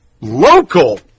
local